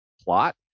plot